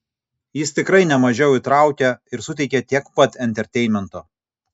jis tikrai nemažiau įtraukia ir suteikia tiek pat enterteinmento